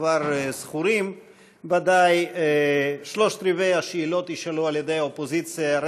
שכבר זכורים ודאי: שלושת רבעי השאלות יישאלו על ידי האופוזיציה,